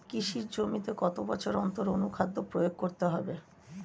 কৃষি জমিতে কত বছর অন্তর অনুখাদ্য প্রয়োগ করতে হবে?